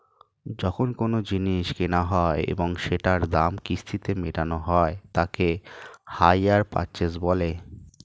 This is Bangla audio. যখন কোনো জিনিস কেনা হয় এবং সেটার দাম কিস্তিতে মেটানো হয় তাকে হাইয়ার পারচেস বলে